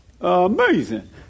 Amazing